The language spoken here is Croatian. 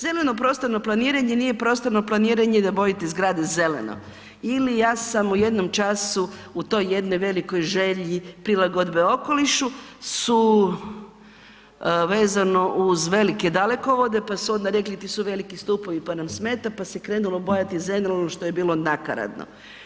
Zeleno prostorno planiranje nije prostorno planiranje da obojite zgradu zeleno ili ja sam u jednom času u toj jednoj velikoj želji prilagodbe okolišu su vezano uz velike dalekovode, pa su onda rekli ti su veliki stupovi pa nam smeta pa se krenulo bojati zeleno ono što bilo nakaradno.